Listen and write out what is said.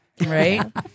right